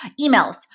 emails